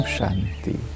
Shanti